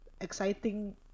exciting